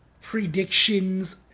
predictions